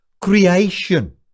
creation